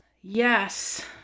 Yes